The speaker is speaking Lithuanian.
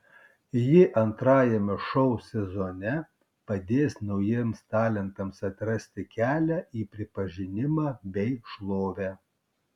ji antrajame šou sezone padės naujiems talentams atrasti kelią į pripažinimą bei šlovę